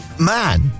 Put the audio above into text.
man